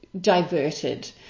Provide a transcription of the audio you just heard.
diverted